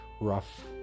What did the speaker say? rough